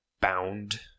bound